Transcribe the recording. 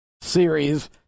series